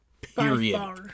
Period